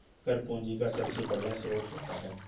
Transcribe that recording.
कर पूंजी का सबसे बढ़िया स्रोत होता है